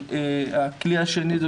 הכלי השני הוא